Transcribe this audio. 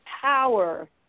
power